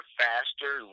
faster